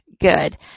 good